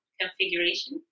configuration